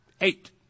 eight